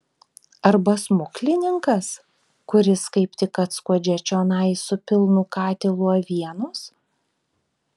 arba smuklininkas kuris kaip tik atskuodžia čionai su pilnu katilu avienos